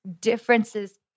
differences